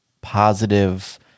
positive